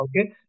Okay